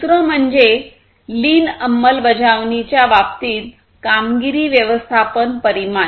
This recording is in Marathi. दुसरं म्हणजे लीन अंमलबजावणीच्या बाबतीत कामगिरी व्यवस्थापन परिमान